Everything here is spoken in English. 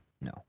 No